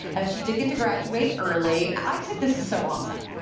she did get to graduate early. i think this is so awesome.